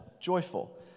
joyful